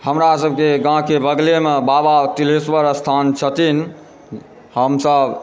हमरासभकें गाँवके बगलेमे बाबा तिलेश्वर स्थान छथिन हमसभ